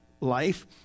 life